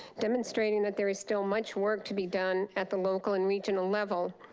demonstrating that there is still much work to be done at the local and regional level.